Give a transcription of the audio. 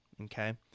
Okay